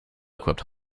equipped